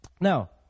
Now